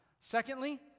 Secondly